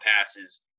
passes